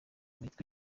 mitwe